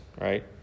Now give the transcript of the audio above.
right